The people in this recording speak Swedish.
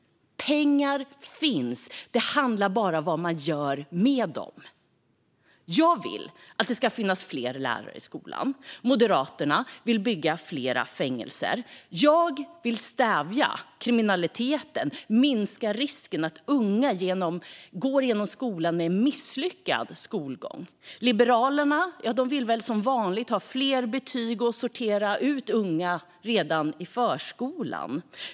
Pengar finns. Det handlar bara om vad man gör med dem. Jag vill att det ska finnas fler lärare i skolan. Moderaterna vill bygga fler fängelser. Jag vill stävja kriminaliteten och minska risken för att unga får en misslyckad skolgång. Liberalerna vill väl som vanligt ha fler betyg och sortera ut unga redan i förskolan.